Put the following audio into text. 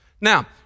Now